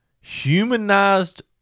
humanized